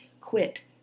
Quit